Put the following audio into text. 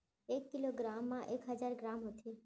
एक kilogram मा एक हजार ग्राम होथे